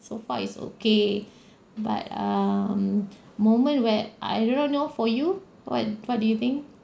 so far is okay but um moment where I do not know for you what what do you think